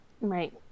Right